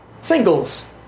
Singles